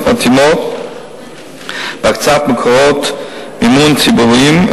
מתאימות בהקצאת מקורות מימון ציבוריים,